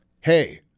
hey